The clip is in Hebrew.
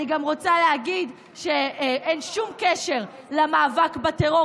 אני גם רוצה להגיד שאין שום קשר למאבק בטרור.